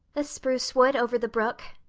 the spruce wood over the brook,